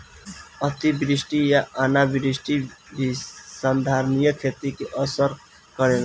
अतिवृष्टि आ अनावृष्टि भी संधारनीय खेती के असर करेला